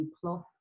plus